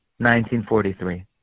1943